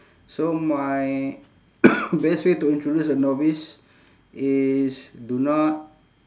so my best way to introduce a novice is do not